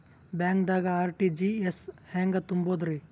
ಬ್ಯಾಂಕ್ದಾಗ ಆರ್.ಟಿ.ಜಿ.ಎಸ್ ಹೆಂಗ್ ತುಂಬಧ್ರಿ?